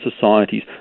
societies